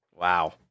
Wow